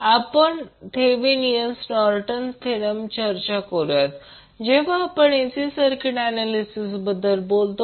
प्रथम आपण Thevenin Norton theorem चर्चा करूया जेव्हा आपण AC सर्किट ऍनॅलिसिस बद्दल बोलतो